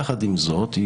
יחד עם זאת,